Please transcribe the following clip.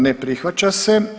Ne prihvaća se.